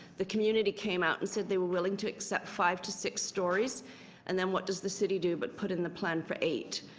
the community came out and said they were willing to accept five to six stories and what does the city do but put in the plan for eight?